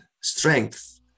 strength